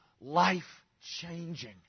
life-changing